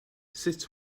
sut